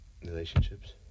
Relationships